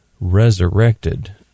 resurrected